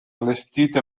allestite